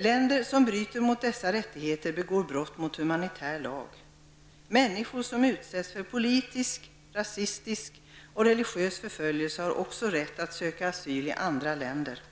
Länder som bryter mot dessa rättigheter begår brott mot humanitär lag. Människor som utsätts för politisk, rasistisk eller religiös förföljelse har också rätt att söka asyl i andra länder.